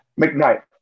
McKnight